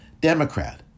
Democrat